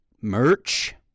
merch